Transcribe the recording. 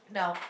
now